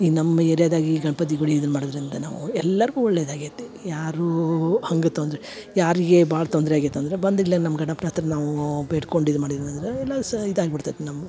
ಈ ನಮ್ಮ ಏರ್ಯದಾಗ ಈ ಗಣಪತಿ ಗುಡಿ ಇದನ್ನ ಮಾಡುದರಿಂದ ನಾವು ಎಲ್ಲಾರಿಗು ಒಳ್ಳೆದಾಗೇತಿ ಯಾರೂ ಹಂಗೆ ತೊಂದರೆ ಯಾರಿಗೆ ಭಾಳ್ ತೊಂದರೆ ಆಗೇತೆ ಅಂದ್ರ ಬಂದು ಇಲ್ಲೆ ನಮ್ಮ ಗಣಪನ ಹತ್ತಿರ ನಾವು ಬೇಡ್ಕೊಂಡು ಇದು ಮಾಡಿದೇವು ಅಂದ್ರ ಎಲ್ಲಾ ಸ ಇದಾಗಿ ಬಿಡ್ತೈತೆ ನಮ್ಗ